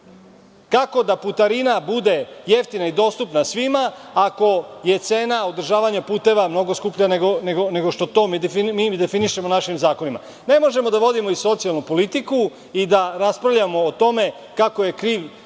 Kako da putarina bude jeftina i dostupna, ako je cena održavanja puteva mnogo skuplja nego što to mi definišem našim zakonima? Ne možemo da vodimo i socijalnu politiku i da raspravljamo o tome kako je kriv